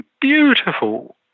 beautiful